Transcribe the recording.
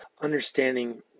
understanding